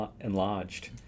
enlarged